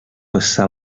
passà